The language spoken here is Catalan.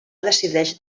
decideix